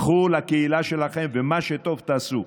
קחו לקהילה שלכם ומה שטוב, תעשו.